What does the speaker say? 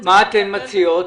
מה אתן מציעות?